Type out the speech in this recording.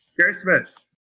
Christmas